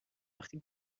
وقتی